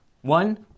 One